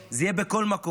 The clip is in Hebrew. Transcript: זה יהיה בכל מקום,